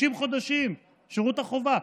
30 חודשים, שירות החובה.